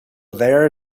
there